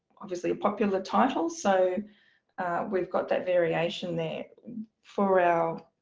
obviously a popular title. so we've got that variation there for our.